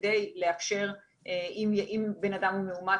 כדי לאפשר אם בן אדם מאומת,